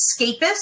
escapist